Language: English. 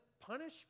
punish